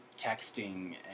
texting